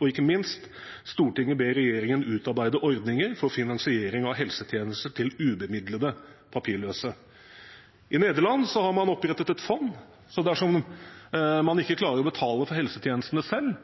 og ikke minst foreslår vi at Stortinget ber regjeringen utarbeide ordninger for finansiering av helsetjenester til ubemidlede papirløse. I Nederland har man opprettet et fond. Dersom man ikke klarer å betale for helsetjenestene selv,